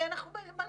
כי מה לעשות,